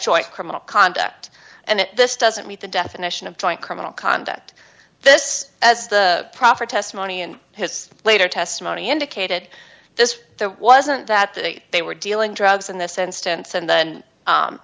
choice criminal conduct and this doesn't meet the definition of joint criminal conduct this as proper testimony and his later testimony indicated this that wasn't that they were dealing drugs in this instance and then